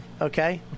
Okay